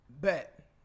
Bet